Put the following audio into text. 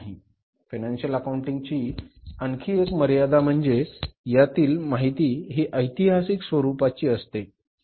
financial accounting ची आणखी एक मर्यादा म्हणजे यातील माहिती ही ऐतिहासिक स्वरूपाची असते